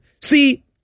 See